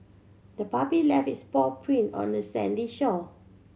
the puppy left its paw print on the sandy shore